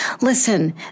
Listen